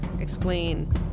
explain